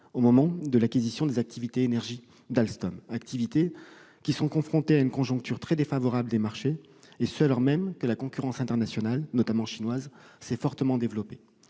au moment de l'acquisition des activités énergie d'Alstom. Ces activités sont confrontées à une conjoncture très défavorable des marchés, alors même que la concurrence internationale, notamment chinoise, s'est fortement développée.